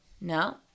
No